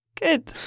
Good